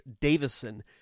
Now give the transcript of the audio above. Davison